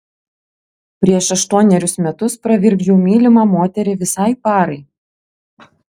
prieš aštuonerius metus pravirkdžiau mylimą moterį visai parai